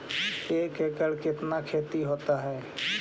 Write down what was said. एक एकड़ कितना खेति होता है?